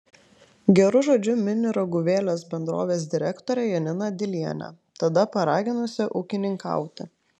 geru žodžiu mini raguvėlės bendrovės direktorę janiną dilienę tada paraginusią ūkininkauti